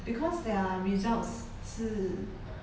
because their results 是